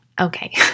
okay